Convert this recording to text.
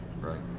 right